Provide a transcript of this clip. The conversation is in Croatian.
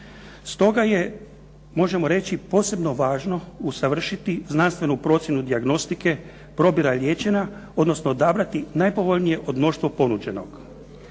reći posebno važno usavršiti znanstvenu procjenu dijagnostike, probira liječenja, odnosno odabrati najpovoljnije od mnoštva ponuđenog.